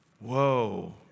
Whoa